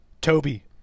Toby